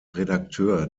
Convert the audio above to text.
redakteur